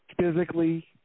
physically